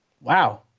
Wow